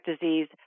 disease